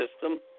system